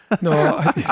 No